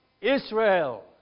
Israel